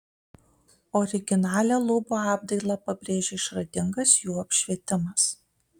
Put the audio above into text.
originalią lubų apdailą pabrėžia išradingas jų apšvietimas